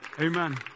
Amen